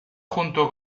junto